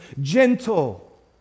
gentle